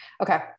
Okay